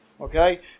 Okay